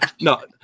No